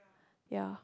ya